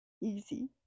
easy